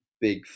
big